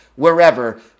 wherever